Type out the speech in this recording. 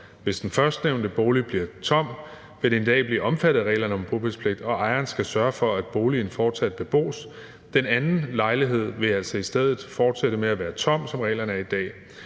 Hvis den førstnævnte bolig bliver tom, vil den i dag være omfattet af reglerne om bopælspligt, og ejeren skal sørge for, at boligen fortsat bebos. Den anden lejlighed vil i stedet fortsætte med at være tom, som reglerne er i dag.